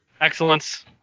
Excellence